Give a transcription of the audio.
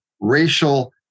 racial